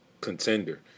contender